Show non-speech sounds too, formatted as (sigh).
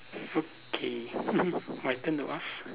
okay (laughs) my turn to ask